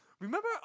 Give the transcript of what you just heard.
Remember